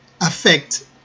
affect